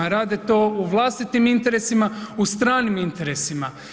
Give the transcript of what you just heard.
Rade to u vlastitim interesima, u stranim interesima.